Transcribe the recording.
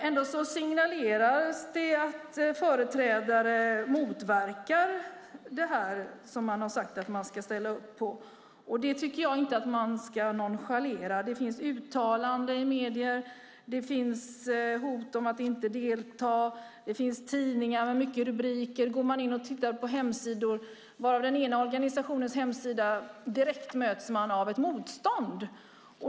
Ändå signaleras det att företrädare motverkar det som man har sagt att man ska ställa upp på. Det tycker jag inte att man ska nonchalera. Det finns uttalanden i medier och hot om att inte delta. Det finns tidningar med mycket rubriker. Går man in och tittar på den ena organisationens hemsida möts man direkt av ett motstånd.